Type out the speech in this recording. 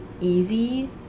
easy